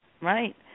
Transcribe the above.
Right